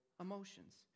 emotions